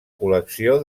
col·lecció